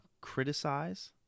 criticize